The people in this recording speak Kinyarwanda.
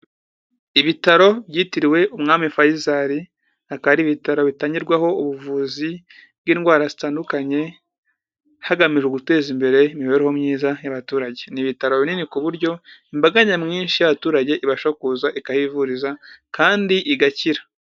Ibitaro byitiriwe umwami Faisal, hakari ibitaro bitangirwaho ubuvuzi bw'indwara zitandukanye hagamijwe guteza imbere imibereho myiza y'abaturage, ni ibitaro binini ku buryo imbaga nyamwinshi y'abaturage ibasha kuza ikahivuriza kandi igakira.